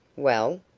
well?